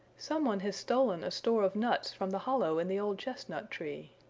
some one has stolen a store of nuts from the hollow in the old chestnut tree.